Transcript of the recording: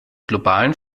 globalen